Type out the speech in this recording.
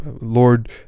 lord